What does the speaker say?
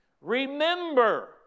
Remember